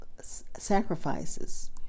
sacrifices